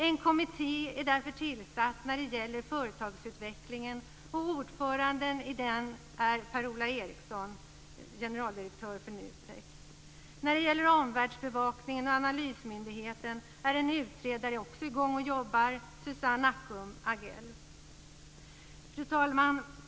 En kommitté har därför tillsatts när det gäller företagsutvecklingen, och ordförande är Per-Ola Eriksson, generaldirektör för NUTEK. När det gäller omvärldsbevakning och en analysmyndighet finns en utredare, nämligen Susanne Ackum Agell. Fru talman!